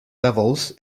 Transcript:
levels